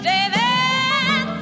David